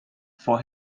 for